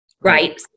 right